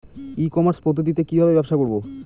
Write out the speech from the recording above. ই commerce পদ্ধতিতে কি ভাবে ব্যবসা করব?